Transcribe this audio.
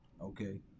Okay